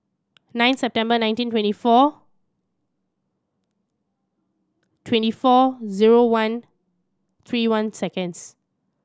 nine September nineteen twenty four twenty four zero one three one seconds